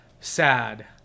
sad